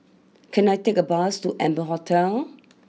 can I take a bus to Amber Hotel